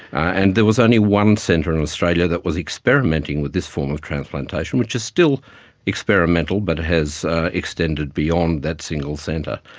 and there was only one centre in australia that was experimenting with this form of transplantation, which is still experimental but has extended beyond that single centre.